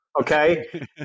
Okay